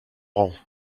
rang